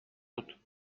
بود